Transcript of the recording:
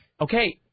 Okay